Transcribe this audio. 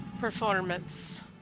performance